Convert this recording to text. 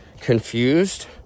confused